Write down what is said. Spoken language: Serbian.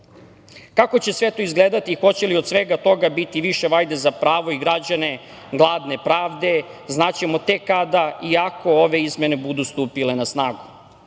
će sve to izgledati i hoće li od svega toga biti više vajde za pravo i građane gladne pravde, znaćemo tek kada i ako ove izmene budu stupile na snagu. Nama